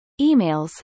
emails